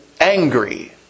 angry